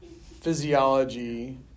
physiology